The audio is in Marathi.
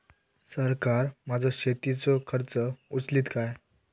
सरकार माझो शेतीचो खर्च उचलीत काय?